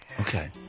Okay